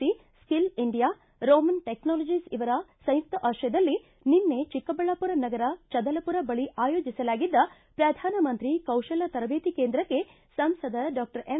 C skill India Rooman technologies ಇವರ ಸಂಯುಕ್ತ ಆಶ್ರಯದಲ್ಲಿ ನಿನ್ನೆ ಚಿಕ್ಕಬಳ್ಳಾಪುರ ನಗರ ಚದಲಪುರ ಬಳಿ ಆಯೋಜಿಸಲಾಗಿದ್ದ ಪ್ರಧಾನಮಂತ್ರಿ ಕೌಶಲ್ಯ ತರಬೇತಿ ಕೇಂದ್ರಕ್ಕೆ ಸಂಸದ ಡಾಕ್ಟರ್ ಎಂ